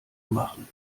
machen